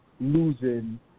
losing